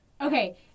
Okay